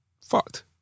fucked